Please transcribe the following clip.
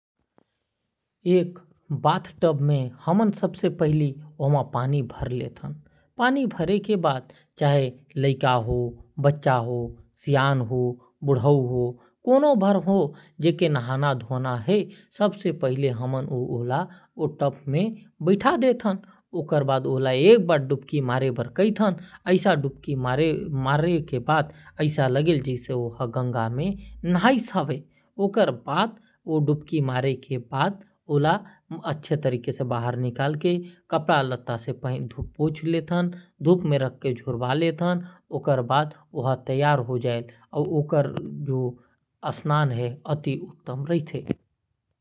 एक bath tub में हमन सबसे पहले पानी भर थन । फिर जेके भी नहाना है लाइक, जवान कोई भी नहा सकत है। ओके फिर डुबकी लगाए पर कह थी और ऐसा लगेल की गंगा में डुबकी लगा लिहिस। फिर अच्छा से धो पूछ के कपड़ा लत्तआ ल झुरवा के ओकर स्नान हर पूरा होजायल।